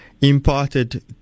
imparted